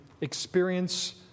experience